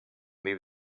leave